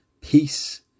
peace